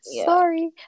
sorry